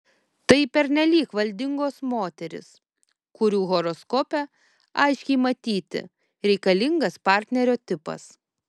tai pernelyg valdingos moterys kurių horoskope aiškiai matyti reikalingas partnerio tipas